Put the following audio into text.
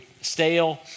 stale